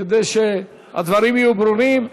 כדי שהדברים יהיו ברורים.